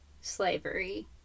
slavery